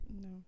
No